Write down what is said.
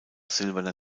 silberner